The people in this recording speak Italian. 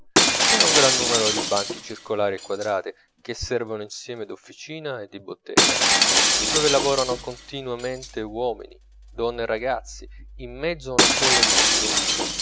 c'è un gran numero di banchi circolari e quadrati che servono insieme d'officina e di bottega dove lavorano continuamente uomini donne e ragazzi in mezzo a una folla di curiosi